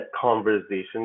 conversation